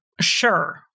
sure